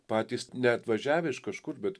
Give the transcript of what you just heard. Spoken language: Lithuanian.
patys neatvažiavę iš kažkur bet